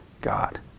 God